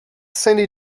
sandy